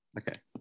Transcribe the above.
Okay